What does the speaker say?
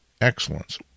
excellence